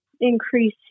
increase